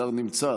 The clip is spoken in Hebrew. השר נמצא.